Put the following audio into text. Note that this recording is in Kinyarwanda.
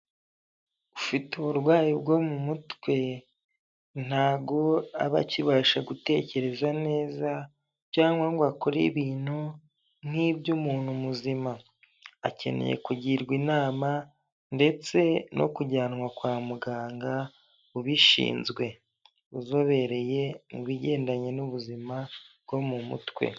Ufite uburwayi bwo mu mutwe ntago aba akibasha gutekereza neza, cyangwa ngo akore ibintu nk'iby'umuntu muzima, akeneye kugirwa inama ndetse no kujyanwa kwa muganga ubishinzwe, uzobereye mu bigendanye n'ubuzima bwo mu mutwe.